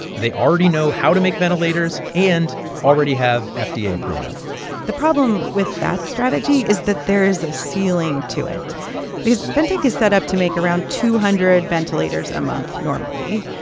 they already know how to make ventilators and already have fda approval the problem with that strategy is that there is a ceiling to it because ventec is set up to make around two hundred ventilators a month normally.